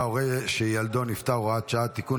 (הורה שילדו נפטר) (הוראת שעה) (תיקון,